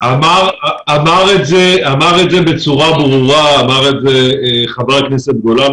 אמר את זה בצורה ברורה חבר הכנסת גולן.